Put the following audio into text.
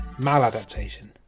maladaptation